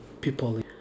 people